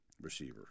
receiver